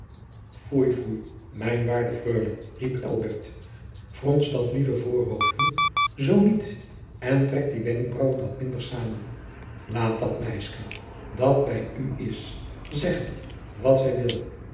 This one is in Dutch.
mijn waarde freule riep elbert frons dat lieve voorhoofdje zoo niet en trek die wenkbraauwen wat minder te samen laat dat meiske dat bij u is zeggen wat zij wil